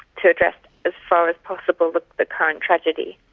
to address as far as possible the the current tragedy.